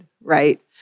right